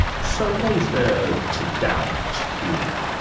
so what is there to doubt here?